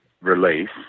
release